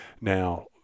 Now